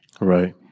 Right